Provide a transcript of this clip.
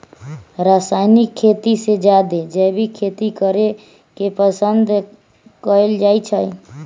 रासायनिक खेती से जादे जैविक खेती करे के पसंद कएल जाई छई